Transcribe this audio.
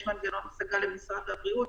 יש מנגנון השגה למשרד הבריאות,